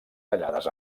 tallades